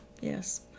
yes